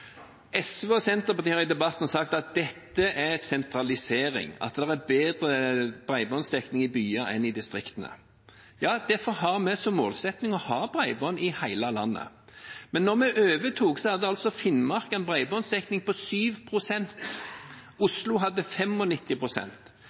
SV og Senterpartiet har i debatten sagt at dette er sentralisering, at det har vært bedre bredbåndsdekning i byene enn i distriktene. Ja, derfor har vi som målsetting å ha bredbånd i hele landet. Men da vi overtok, hadde altså Finnmark en bredbåndsdekning på